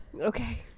Okay